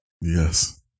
Yes